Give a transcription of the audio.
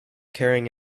carrying